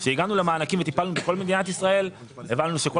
כאשר הגענו למענקים וטיפלנו בכל מדינת ישראל הבנו שכל